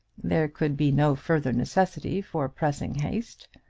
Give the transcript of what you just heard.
there could be no further necessity for pressing haste.